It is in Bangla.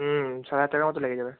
হুম ছ হাজার টাকা মতো লেগে যাবে